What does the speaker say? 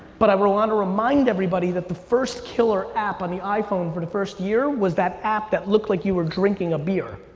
but i wanna remind everybody that the first killer app on the iphone for the first year was that app that looked like you were drinking a beer,